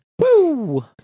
Woo